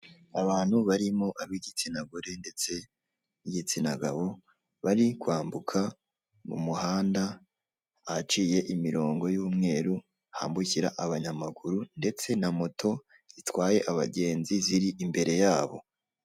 Abantu barimo ab'igitsina gore ndetse n'igitsina gabo bari kwambuka mu muhanda ahaciye imirongo y'umweru hambukira abanyamaguru ndetse na moto zitwaye abagenzi ziri imbere yabo.